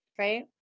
Right